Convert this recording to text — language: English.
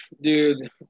Dude